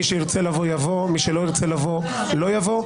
מי שירצה לבוא יבוא, מי שלא ירצה לבוא לא יבוא.